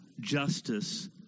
justice